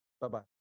Bye-bye